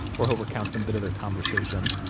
or he'll recount some bit of their conversation.